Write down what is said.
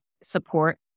support